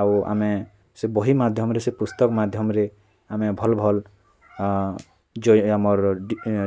ଆଉ ଆମେ ସେ ବହି ମାଧ୍ୟମରେ ସେ ପୁସ୍ତକ ମାଧ୍ୟମରେ ଆମେ ଭଲ୍ ଭଲ୍ ଯେଉଁ ଆମର୍